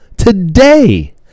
today